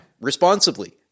responsibly